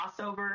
crossover